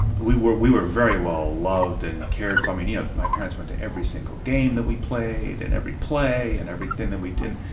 we were we were very well loved and cared for. um ah my parents went to every single game that we played, and every play, and everything that we did.